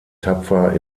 tapfer